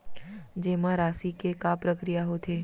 जेमा राशि के का प्रक्रिया होथे?